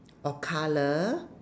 or colour